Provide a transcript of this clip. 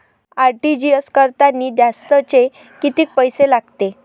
RTGS करतांनी जास्तचे कितीक पैसे लागते?